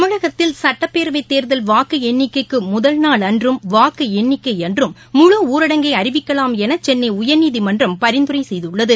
தமிழகத்தில் சட்டப்பேரவை தேர்தல் வாக்கு எண்ணிக்கைக்கு முதல் நாள் அன்றும் வாக்கு எண்ணிக்கை அன்றும் முழு ஊரடங்கை அறிவிக்கலாம் என சென்னை உயர்நீதிமன்றம் பரிந்துரை செய்துள்ளது